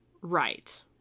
Right